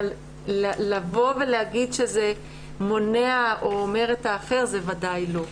אבל לבוא ולהגיד שזה מונע או אומר את האחר זה ודאי לא.